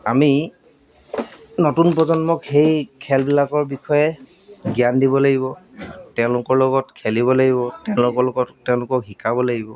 আমি নতুন প্ৰজন্মক সেই খেলবিলাকৰ বিষয়ে জ্ঞান দিব লাগিব তেওঁলোকৰ লগত খেলিব লাগিব তেওঁলোকৰ লগত তেওঁলোকক শিকাব লাগিব